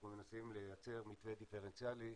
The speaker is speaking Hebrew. אנחנו מנסים לייצר מתווה דיפרנציאלי.